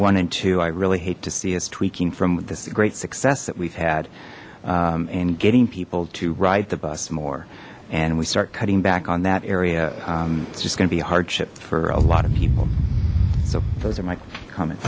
one and two i really hate to see as tweaking from this is a great success that we've had and getting people to ride the bus more and we start cutting back on that area it's just going to be a hardship for a lot of people so those are my comments